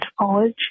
college